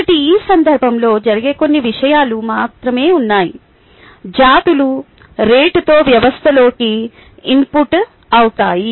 కాబట్టి ఈ సందర్భంలో జరిగే కొన్ని విషయాలు మాత్రమే ఉన్నాయి జాతులు rin రేటుతో వ్యవస్థలోకి ఇన్పుట్ అవుతాయి